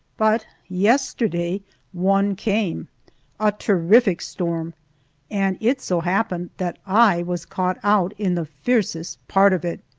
but yesterday one came a terrific storm and it so happened that i was caught out in the fiercest part of it.